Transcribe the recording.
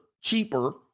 cheaper